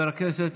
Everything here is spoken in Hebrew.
יעקב,